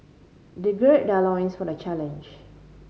they gird their loins for the challenge